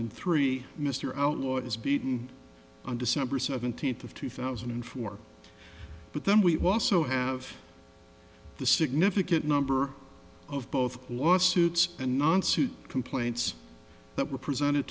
and three mr out was beaten on december seventeenth of two thousand and four but then we also have the significant number of both lawsuits and nonsuch complaints that were presented